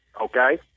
Okay